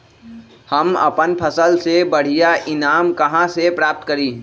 हम अपन फसल से बढ़िया ईनाम कहाँ से प्राप्त करी?